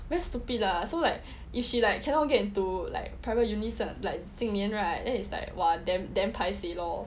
very stupid lah so like if she like cannot get into like private uni like 今年 right then it's like !wah! damn damn paiseh lor